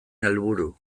helburu